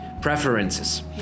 Preferences